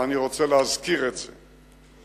ואני רוצה להזכיר את זה,